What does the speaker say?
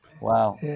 Wow